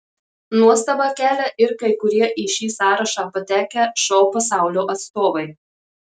nuostabą kelia ir kai kurie į šį sąrašą patekę šou pasaulio atstovai